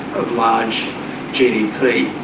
of large gdp.